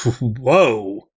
Whoa